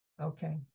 okay